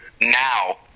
now